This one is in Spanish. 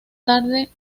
tarde